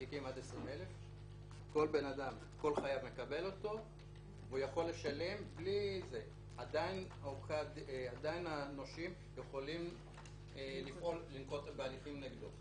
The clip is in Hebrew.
בתיקים עד 20,000. עדיין הנושים יכולים לנקוט בהליכים נגדו,